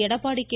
Edappadi K